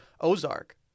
Ozark